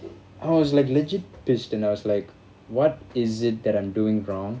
I was like legit pissed and I was like what is it that I'm doing wrong